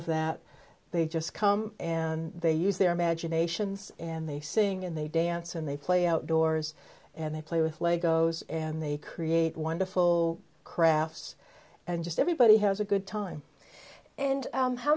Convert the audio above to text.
of that they just come and they use their imaginations and they sing and they dance and they play outdoors and they play with lego's and they create wonderful crafts and just everybody has a good time and